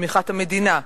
תמיכת המדינה,